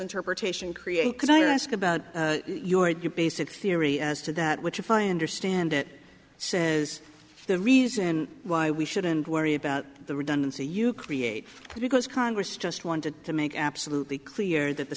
interpretation create can i ask about your basic theory as to that which if i understand it says the reason why we shouldn't worry about the redundancy you create because congress just wanted to make absolutely clear that the